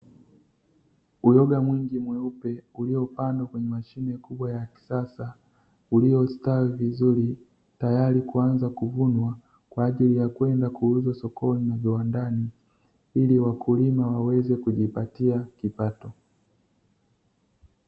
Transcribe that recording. Uyoga mwingi mweupe uliopandwa kwenye mashine kubwa ya kisasa, uliostawi vizuri, tayari kuanza kuvunwa kwa ajili ya kwenda kuuzwa sokoni na viwandani, ili wakulima waweze kujipatia kipato.